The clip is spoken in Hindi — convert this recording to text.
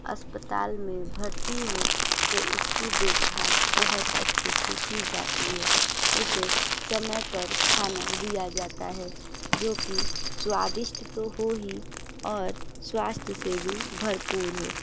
अस्पताल में भर्ती हो तो उसकी देखभाल बहुत अच्छे से की जाती है उसे समय पर खाना दिया जाता है जो कि स्वादिष्ट तो हो ही और स्वास्थ्य से भी भरपूर हो